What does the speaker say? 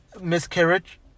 miscarriage